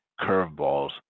curveballs